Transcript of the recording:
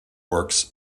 works